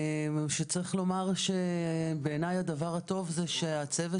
צריך לומר שבעיניי הדבר הטוב זה שהצוות